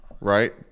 right